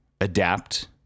adapt